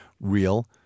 real